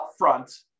upfront